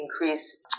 increase